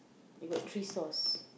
you got three source